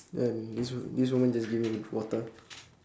and this wo~ this woman just give me water